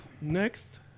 Next